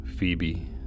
Phoebe